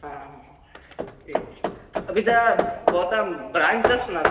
आम् हा हा एवम् अपि च भवतां ब्राञ्चस् नास्ति